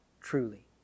truly